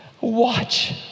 Watch